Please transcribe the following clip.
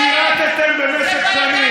אי-אפשר,